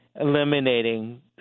eliminating